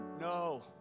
no